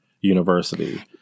university